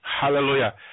Hallelujah